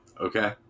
Okay